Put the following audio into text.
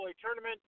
tournament